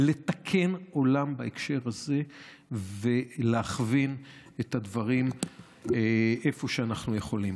לתקן עולם בהקשר הזה ולהכווין את הדברים איפה שאנחנו יכולים.